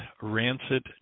rancid